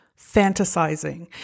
fantasizing